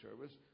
service